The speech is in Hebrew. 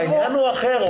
העניין הוא אחר.